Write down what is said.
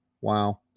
wow